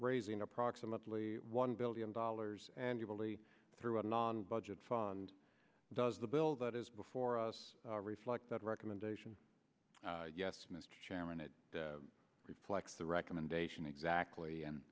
raising approximately one billion dollars annually through a non budget fund does the bill that is before us reflect that recommendation yes mr chairman it reflects the recommendation exactly and